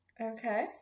Okay